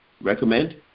recommend